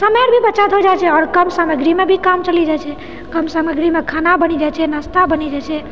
समय आर भी बचत हो जाइ छै आओर कम सामग्रीमे भी काम चलि जाइ छै कम सामग्रीमे खाना बनि जाइ छै नाश्ता बनि जाइ छै